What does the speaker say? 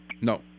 No